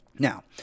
Now